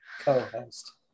co-host